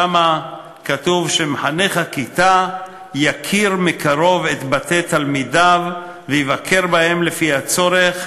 כתוב ש"מחנך הכיתה יכיר מקרוב את בתי תלמידיו ויבקר בהם לפי הצורך,